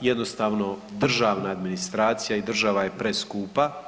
jednostavno državna administracija i država je preskupa.